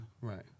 Right